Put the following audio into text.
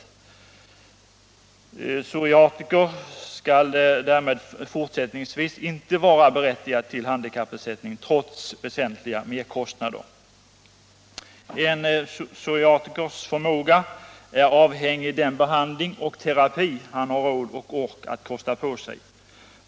Psoriatiker skall därmed fortsättningsvis inte vara berättigad till handikappersättning trots väsentliga merkostnader. En psoriatikers funktionsförmåga är avhängig av den behandling och terapi han har råd och ork att kosta på sig.